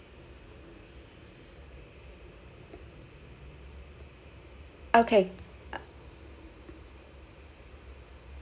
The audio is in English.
okay uh